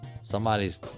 Somebody's